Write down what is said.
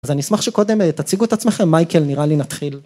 אז אני אשמח שקודם תציגו את עצמכם, מייקל נראה לי נתחיל.